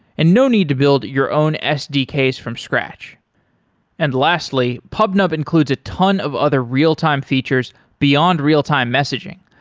and no need to build your own sdks from scratch and lastly, pubnub includes a ton of other real-time features beyond real-time messaging,